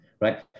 right